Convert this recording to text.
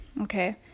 Okay